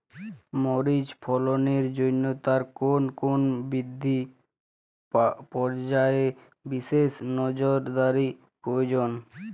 মরিচ ফলনের জন্য তার কোন কোন বৃদ্ধি পর্যায়ে বিশেষ নজরদারি প্রয়োজন?